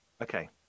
okay